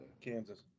Kansas